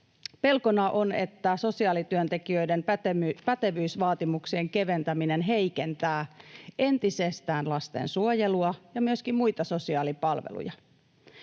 Pelkona on, että sosiaalityöntekijöiden pätevyysvaatimuksien keventäminen heikentää entisestään lastensuojelua ja myöskin muita sosiaalipalveluja,